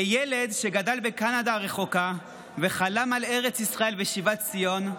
כילד שגדל בקנדה הרחוקה וחלם על ארץ ישראל ושיבת ציון,